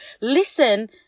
listen